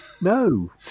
No